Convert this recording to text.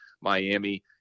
Miami